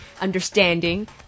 understanding